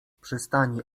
przystani